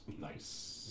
Nice